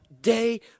day